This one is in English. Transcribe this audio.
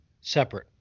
separate